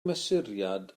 mesuriad